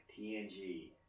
tng